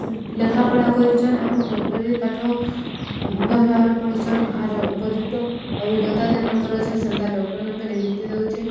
ଲେଖାପଢ଼ା କରିଚନ୍ ଏବଂ ଡକ୍ଟରୀ ପାଠ ଭଲ ଭାବରେ ପଢ଼ିଚନ୍ ଆର ଉପଯୁକ୍ତ ଅଭିଜ୍ଞତା ଯେନ୍ମାନଙ୍କର ଅଛ ସେନ୍ତା ଡକ୍ଟରମାନେ ନିଯୁକ୍ତି ଦଉଚେ